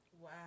Wow